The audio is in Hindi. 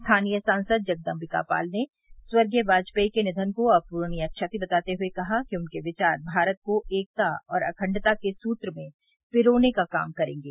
स्थानीय सांसद जगदम्बिका पाल ने स्वर्गीय वाजपेई के निधन को अप्रणनीय क्षति बताते हुए कहा कि उनके विचार भारत को एकता और अखण्डता के सूत्र में पिरोने का काम करेंगे